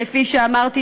כפי שאמרתי,